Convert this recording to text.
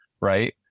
right